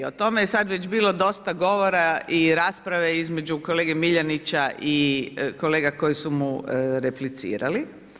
O tome je sada već bilo dosta govora i rasprave između kolege Miljenića i kolega koji su mu replicirali.